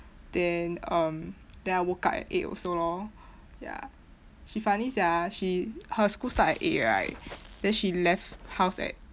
then um then I woke up at eight also lor ya she funny sia she her school start at eight right then she left house at